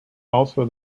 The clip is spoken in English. also